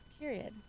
Period